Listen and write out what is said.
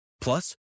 Plus